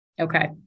Okay